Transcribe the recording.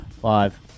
Five